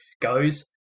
goes